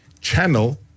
channel